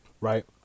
Right